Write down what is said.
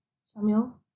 Samuel